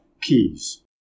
keys